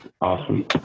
Awesome